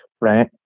right